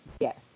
yes